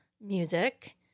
music